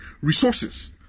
resources